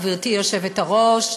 גברתי היושבת-ראש,